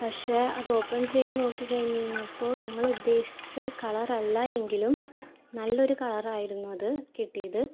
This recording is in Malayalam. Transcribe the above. പക്ഷെ അത് ഓപ്പൺ ചെയ്ത് നോക്കി കഴിഞ്ഞുകഴിഞ്ഞപ്പോൾ ഞങ്ങൾ ഉദേശിച്ച കളറല്ല എങ്കിലും നല്ലൊരു കളറായിരുന്നു അത് കിട്ടിയത്